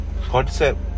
Concept